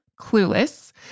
Clueless